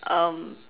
um